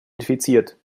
infiziert